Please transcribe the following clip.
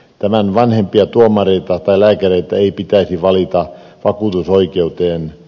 tämän vanhempia tuomareita tai lääkäreitä ei pitäisi valita vakuutusoikeuteen